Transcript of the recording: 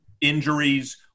injuries